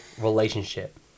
relationship